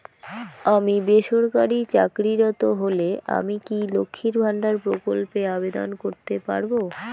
আমি বেসরকারি চাকরিরত হলে আমি কি লক্ষীর ভান্ডার প্রকল্পে আবেদন করতে পারব?